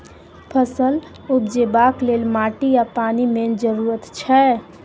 फसल उपजेबाक लेल माटि आ पानि मेन जरुरत छै